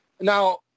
Now